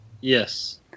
Yes